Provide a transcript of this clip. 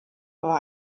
war